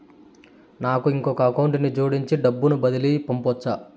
నాకు ఇంకొక అకౌంట్ ని జోడించి డబ్బును బదిలీ పంపొచ్చా?